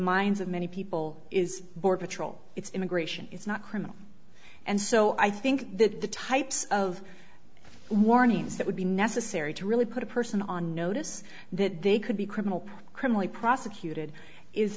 minds of many people is border patrol it's immigration it's not criminal and so i think that the types of warnings that would be necessary to really put a person on notice that they could be criminal criminally prosecuted is